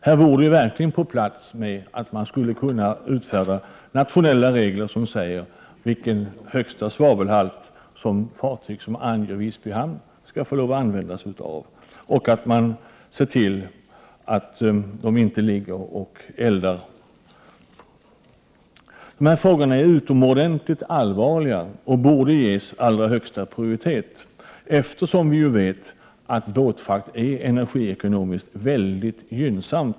Här vore det verkligen på sin plats med att utfärda nationella regler som säger vilka högsta svavelhalter som fartyg som angör Visby hamn skall få ha och se till att de inte ligger och eldar i hamnen. De här frågorna är utomordentligt allvarliga och borde ges allra högsta prioritet, eftersom vi ju vet att båtfrakt är energiekonomiskt väldigt gynnsam.